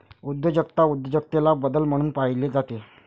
उद्योजकता उद्योजकतेला बदल म्हणून पाहिले जाते